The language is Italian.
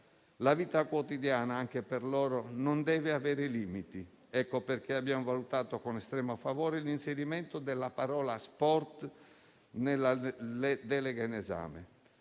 La vita quotidiana anche per loro non deve avere limiti; per questo abbiamo valutato con estremo favore l'inserimento della parola «sport» nella delega